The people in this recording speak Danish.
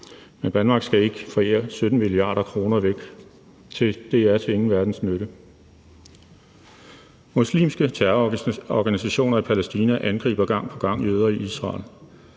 men Danmark skal ikke forære 17 mia. kr. væk; det er til ingen verdens nytte. Muslimske terrororganisationer i Palæstina angriber gang på gang jøder i Israel.